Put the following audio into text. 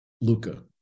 Luca